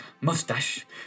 mustache